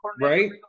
right